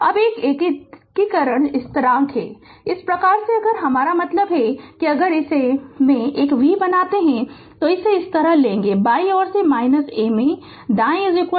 अब A एकीकरण स्थिरांक है इस प्रकार से अगर हमारा मतलब है कि अगर इसे में एक v बनाते हैं तो इसे इस तरफ लेगे बाईं ओर - A में दाएँ tRC